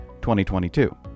2022